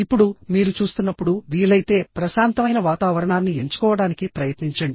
ఇప్పుడుమీరు చూస్తున్నప్పుడు వీలైతే ప్రశాంతమైన వాతావరణాన్ని ఎంచుకోవడానికి ప్రయత్నించండి